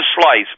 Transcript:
slice